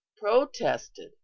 protested